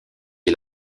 est